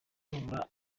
laura